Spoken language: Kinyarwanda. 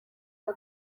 y’u